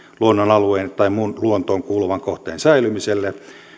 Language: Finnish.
luonnonalueen tai muun luontoon kuuluvan kohteen säilymiselle